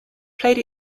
played